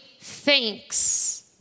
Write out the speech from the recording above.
thanks